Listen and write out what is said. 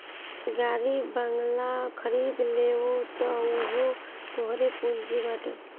गाड़ी बंगला खरीद लेबअ तअ उहो तोहरे पूंजी बाटे